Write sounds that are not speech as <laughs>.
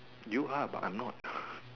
you are but I'm not <laughs>